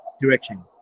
direction